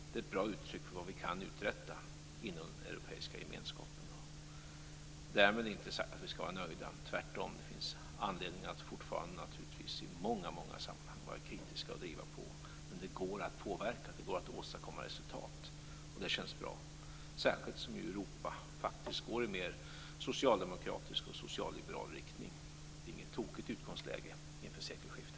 Det är ett bra uttryck för vad vi kan uträtta inom Europeiska gemenskapen. Därmed inte sagt att vi skall vara nöjda. Tvärtom, det finns naturligtvis fortfarande anledning att i många sammanhang vara kritisk och att driva på. Men det går att påverka. Det går att åstadkomma resultat. Det känns bra, särskilt som Europa faktiskt går i mer socialdemokratisk och socialliberal riktning. Det är inget tokigt utgångsläge inför sekelskiftet.